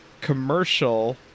commercial